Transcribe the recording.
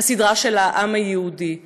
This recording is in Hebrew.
"הסדרה של העם היהודי,